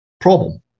problem